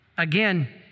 Again